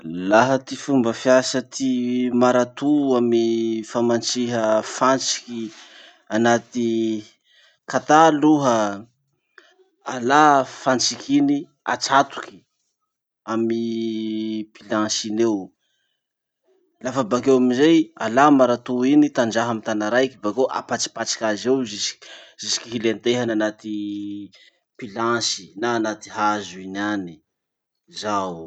Laha ty fomba fiasa ty marato amy famatsiha fantsiky anaty katà aloha. Alà fantsiky iny, atsatoky amy planche iny eo. Lafa marato iny tanjaha amy tana raiky, bakeo apatsipatsiky azy eo jusque- jusque hilentehany anaty pilansy na anaty hazo iny any. Zao io.